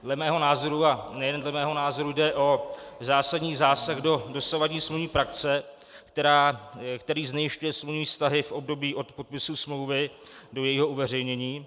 Dle mého názoru, a nejen dle mého názoru, jde o zásadní zásah do dosavadní smluvní praxe, který znejisťuje smluvní vztahy v období od podpisu smlouvy do jejího uveřejnění.